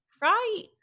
right